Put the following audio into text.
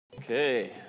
Okay